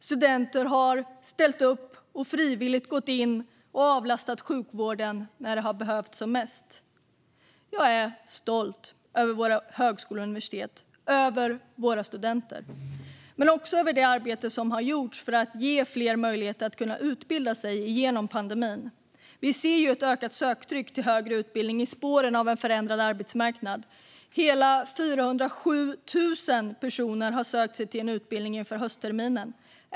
Studenter har ställt upp och frivilligt gått in och avlastat sjukvården när det har behövts som mest. Jag är stolt över våra högskolor och universitet men också över våra studenter. Jag är också stolt över det arbete som har gjorts för att ge fler möjlighet att utbilda sig genom pandemin. Vi ser ett ökat söktryck till högre utbildning i spåren av en förändrad arbetsmarknad. Hela 407 000 personer hade sökt sig till en utbildning inför höstterminen.